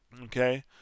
okay